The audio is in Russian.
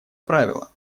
правила